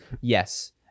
Yes